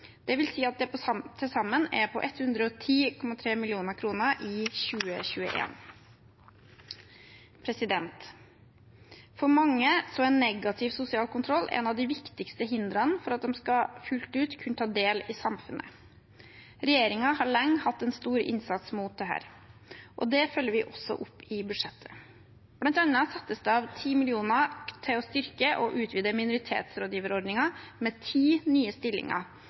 Det vil si at det til sammen er på 110,3 mill. kr i 2021. For mange er negativ sosial kontroll et av de viktigste hindrene for at de fullt ut skal kunne ta del i samfunnet. Regjeringen har lenge hatt en stor innsats mot dette. Det følger vi også opp i budsjettet. Blant annet settes det av 10 mill. kr for å styrke og utvide minoritetsrådgiverordningen med ti nye stillinger.